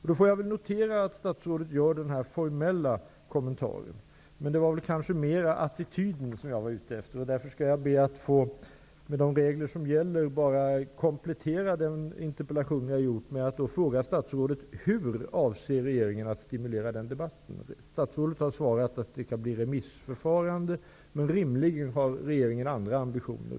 Jag får då notera att statsrådet gör denna formella kommentar. Men det var kanske mera attityden som jag var ute efter. Därför skall jag med de regler som gäller be att få komplettera den interpellation som jag har ställt med att ställa två frågor till statsrådet. Statrådet har sagt att det skall bli ett remissförfarande. Men rimligen har regeringen också andra ambitioner.